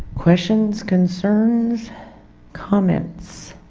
questions concerns comments?